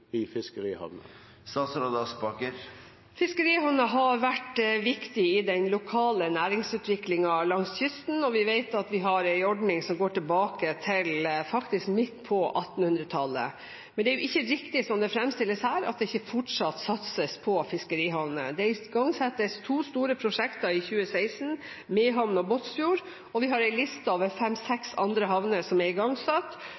i fiskerihavner? Fiskerihavnene har vært viktige i den lokale næringsutviklingen langs kysten. Vi vet at vi har en ordning som går tilbake til midt på 1800-tallet. Men det er ikke riktig som det fremstilles her, at det ikke fortsatt satses på fiskerihavner. Det igangsettes to store prosjekter i 2016, i Mehamn og i Båtsfjord. Vi har en liste over fem–seks andre havner der prosjekter er igangsatt,